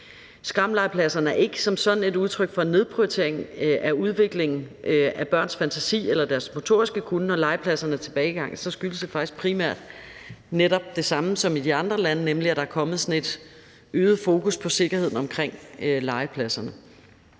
forsvinden er ikke som sådan et udtryk for en nedprioritering af udviklingen af børns fantasi eller deres motoriske kunnen. Når disse legepladser er i tilbagegang, skyldes det faktisk primært netop det samme som i de andre lande, nemlig at der er kommet sådan et øget fokus på sikkerheden omkring legepladserne.